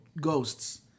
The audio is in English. ghosts